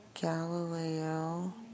Galileo